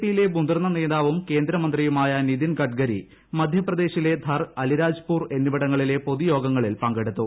പിയില്ലെ മുതിർന്ന നേതാവും കേന്ദ്രമന്ത്രിയുമായ നിതിൻ ഗഡ്കരി മധ്യപ്പ്പ്ദേശിലെ ധർ അലിരജ്പൂർ എന്നിവിടങ്ങളിലെ പൊതുയോഗങ്ങളിൽ പങ്കെടുത്തു